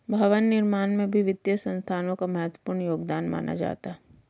भवन निर्माण में भी वित्तीय संस्थाओं का महत्वपूर्ण योगदान माना जाता है